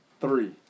Three